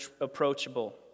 approachable